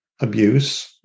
abuse